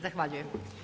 Zahvaljujem.